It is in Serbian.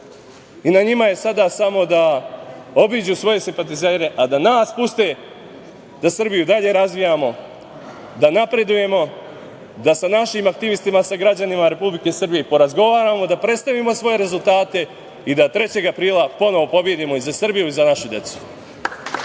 i na njima je sada samo da obiđu svoje simpatizere, a da nas puste da Srbiju i dalje razvijamo, da napredujemo, da sa našim aktivistima, sa građanima Republike Srbije porazgovaramo, da predstavimo svoje rezultate i da 3. aprila ponovo pobedimo i za Srbiju i za našu decu.